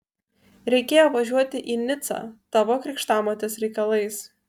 reikėjo važiuoti į nicą tavo krikštamotės reikalais